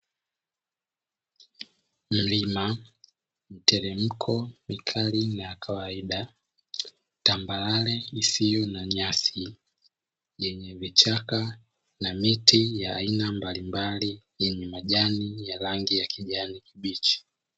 Mlima, mteremko mikali na kawaida, tambarare isiyo na nyasi, yenye vichaka na miti ya aina mbalimbali yenye majani ya rangi ya kijani kibichi.